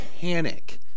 panic